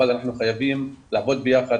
אבל אנחנו חייבים לעבוד ביחד,